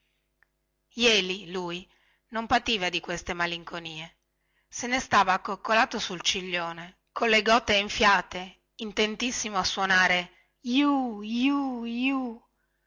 jeli lui non pativa di quella malinconia se ne stava accoccolato sul ciglione colle gote enfiate intentissimo a suonare iuh iuh iuh